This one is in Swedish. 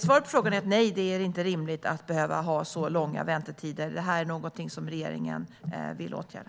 Svaret på frågan är: Nej, det är inte rimligt med så långa väntetider. Detta är något som regeringen vill åtgärda.